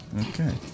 Okay